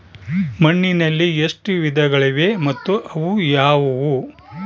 ಮಣ್ಣಿನಲ್ಲಿ ಎಷ್ಟು ವಿಧಗಳಿವೆ ಮತ್ತು ಅವು ಯಾವುವು?